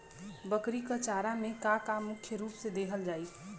बकरी क चारा में का का मुख्य रूप से देहल जाई?